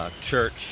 church